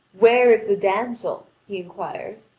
where is the damsel, he inquires,